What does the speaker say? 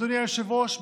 אדוני היושב-ראש,